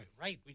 right